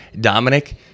Dominic